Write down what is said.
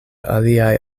aliaj